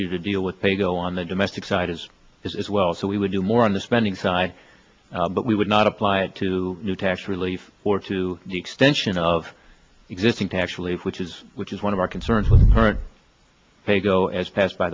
you to deal with pay go on the domestic side as is well so we would do more on the spending side but we would not apply it to your tax relief or to the extension of existing to actually which is which is one of our concerns with current paygo as passed by